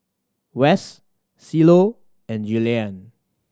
Wes Cielo and Julianne